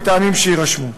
מטעמים שיירשמו.